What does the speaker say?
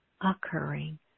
occurring